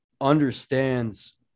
understands